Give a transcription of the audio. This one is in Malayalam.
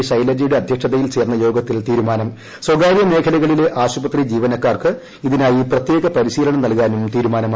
് ഐശെലജയുടെ അധ്യക്ഷതയിൽ ചേർന്ന യോഗത്തിൽ തീരുമാനം സ്വകാര്യ മേഖലകളിലെ ആശുപത്രി ജീവനക്കാർക്ക് ഇതിനായി പ്രത്യേക പരിശീലനം നൽകാനും തീരുമാനമായി